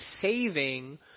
saving